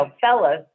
fellas